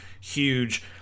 huge